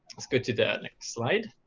let's go to the next slide.